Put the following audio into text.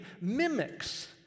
mimics